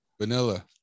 vanilla